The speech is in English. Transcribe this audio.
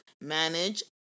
manage